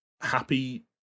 happy